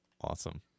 Awesome